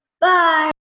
Bye